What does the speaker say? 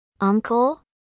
Uncle